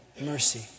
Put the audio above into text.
mercy